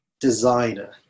designer